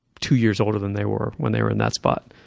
two years older than they were when they were in that spot.